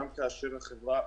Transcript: גם כאשר החברה עומדת.